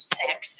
six